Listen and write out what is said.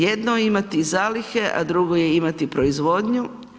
Jedno je imati zalihe a drugo je imati proizvodnju.